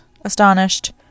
astonished